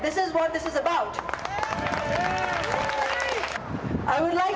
this is what this is about i would like